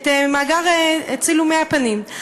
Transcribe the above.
רק את צילומי הפנים.